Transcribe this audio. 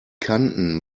kanten